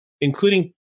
including